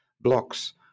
blocks